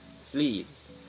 Sleeves